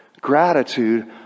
Gratitude